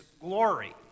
glory